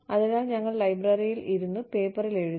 അതിനാൽ ഞങ്ങൾ ലൈബ്രറിയിൽ ഇരുന്നു പേപ്പറിൽ എഴുതി